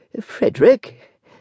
frederick